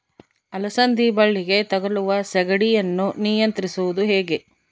ಅಲಸಂದಿ ಬಳ್ಳಿಗೆ ತಗುಲುವ ಸೇಗಡಿ ಯನ್ನು ನಿಯಂತ್ರಿಸುವುದು ಹೇಗೆ?